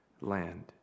land